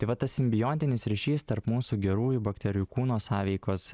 tai va tas simbiontinis ryšys tarp mūsų gerųjų bakterijų kūno sąveikos